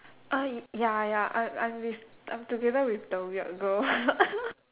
uh ya ya I'm I'm with I'm together with the weird girl